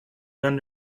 went